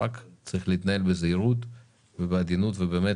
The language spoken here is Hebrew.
אלא שצריך להתנהל בזהירות ובעדינות ובאמת